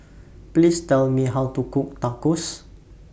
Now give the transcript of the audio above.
Please Tell Me How to Cook Tacos